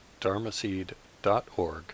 dharmaseed.org